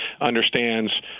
understands –